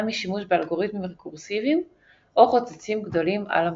משימוש באלגוריתמים רקורסיביים או חוצצים גדולים על המחסנית.